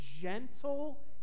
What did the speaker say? gentle